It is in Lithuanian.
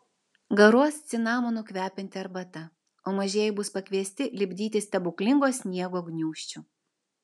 garuos cinamonu kvepianti arbata o mažieji bus pakviesti lipdyti stebuklingo sniego gniūžčių